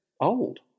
old